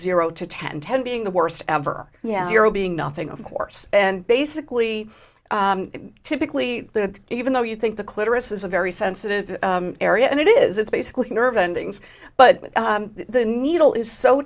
zero to ten ten being the worst ever yes you're all being nothing of course and basically typically that even though you think the clearest is a very sensitive area and it is it's basically nerve endings but the needle is so